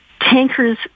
tankers